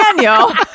daniel